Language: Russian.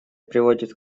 приводят